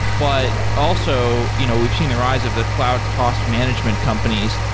but also you know we've seen the rise of the cloud cost management companies,